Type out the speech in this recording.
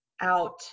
out